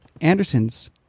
anderson's